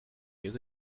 mieux